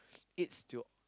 its to